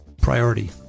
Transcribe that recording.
Priority